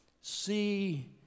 see